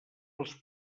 als